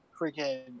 freaking